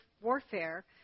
warfare